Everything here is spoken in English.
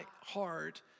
heart